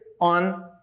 on